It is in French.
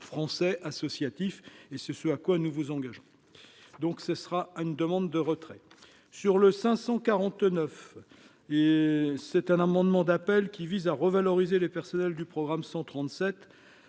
français associatif et ce, ce à quoi nous vous engageons donc ce sera une demande de retrait. Sur le 549 et c'est un amendement d'appel qui vise à revaloriser les personnels du programme 137,